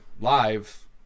live